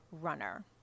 runner